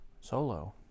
solo